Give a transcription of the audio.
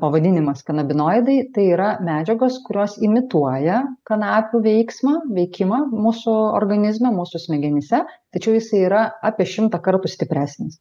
pavadinimas kanabinoidai tai yra medžiagos kurios imituoja kanapių veiksmą veikimą mūsų organizme mūsų smegenyse tačiau jisai yra apie šimtą kartų stipresnis